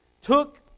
took